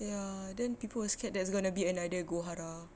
ya then people were scared there's gonna be another goo hara